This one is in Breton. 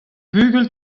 bugel